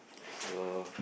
so